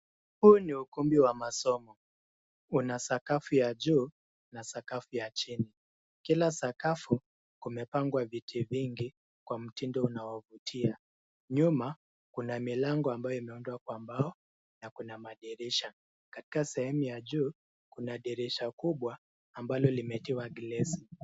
Huu ni ukumbi wa masomo, una sakafu ya juu na sakafu ya chini, kila sakafu umepangwa viti vingi Kwa mitindo unaofutia nyuma Kuna milango ambayo imeundwa Kwa mbao na Kuna madirisha, katika sehemu ya juu Kuna dirisha kubwa ambalo limetiwa glesi.